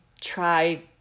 try